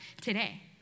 today